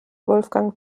wolfgang